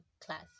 class